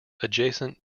adjacent